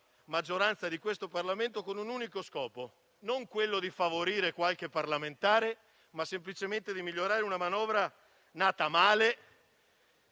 maggioranza del Parlamento e hanno un unico scopo, ossia non favorire qualche parlamentare, ma semplicemente migliorare una manovra nata male,